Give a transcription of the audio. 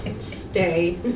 Stay